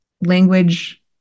language